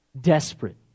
Desperate